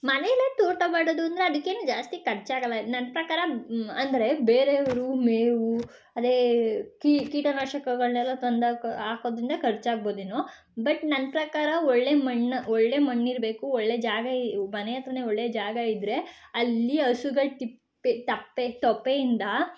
ಮನೇಲ್ಲೇ ತೋಟ ಮಾಡೋದು ಅಂದರೆ ಅದಕ್ಕೇನು ಜಾಸ್ತಿ ಖರ್ಚಾಗೋಲ್ಲ ನನ್ನ ಪ್ರಕಾರ ಅಂದರೆ ಬೇರೆಯವರು ಮೇವು ಅದೇ ಕೀಟ ಕೀಟ ನಾಶಕಗಳನ್ನೆಲ್ಲ ತಂದು ಹಾಕಿ ಹಾಕೋದ್ರಿಂದ ಖರ್ಚು ಆಗ್ಬೋದೇನೋ ಬಟ್ ನನ್ನ ಪ್ರಕಾರ ಒಳ್ಳೆಯ ಮಣ್ಣು ಒಳ್ಳೆಯ ಮಣ್ಣಿರಬೇಕು ಒಳ್ಳೆಯ ಜಾಗ ಇ ಮನೆ ಹತ್ರನೇ ಒಳ್ಳೆಯ ಜಾಗ ಇದ್ದರೆ ಅಲ್ಲಿ ಹಸುಗಳ ತಿಪ್ಪೆ ತಪ್ಪೆ ತೊಪ್ಪೆಯಿಂದ